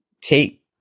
take